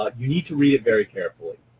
ah you need to read it very carefully.